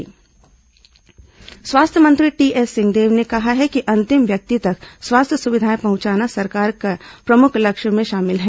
सिंहदेव अकबर चौबे लोकार्पण स्वास्थ्य मंत्री टीएस सिंहदेव ने कहा है कि अंतिम व्यक्ति तक स्वास्थ्य सुविधाएं पहुंचाना सरकार के प्रमुख लक्ष्य में शामिल हैं